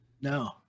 No